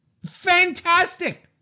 fantastic